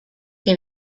que